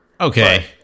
Okay